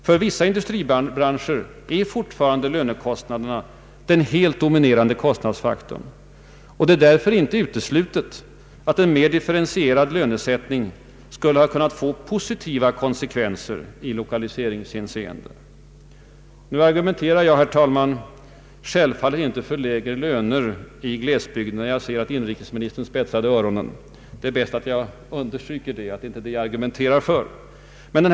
För vissa industribranscher är fortfarande lönekostnaderna den helt dominerande kostnadsfaktorn, och det är därför inte uteslutet att en mer differentierad lönesättning skulle ha kunnat få positiva konsekvenser i lokaliseringshänseende. Nu argumenterar jag, herr talman, självfallet inte för lägre löner i glesbygderna. Jag ser att inrikesministern spetsade öronen, Det är kanske bäst att understryka att jag inte argumenterar för lägre löner.